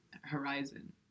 horizon